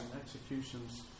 executions